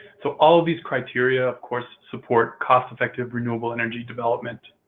so, all of these criteria of course support cost effective renewable energy development.